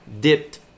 dipped